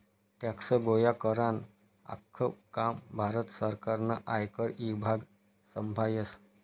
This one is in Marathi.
टॅक्स गोया करानं आख्खं काम भारत सरकारनं आयकर ईभाग संभायस